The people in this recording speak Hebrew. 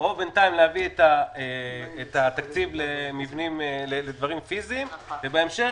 או בינתיים להביא את התקציב לדברים פיזיים ובהמשך